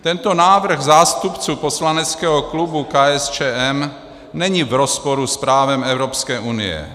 Tento návrh zástupců poslaneckého klubu KSČM není v rozporu s právem Evropské unie.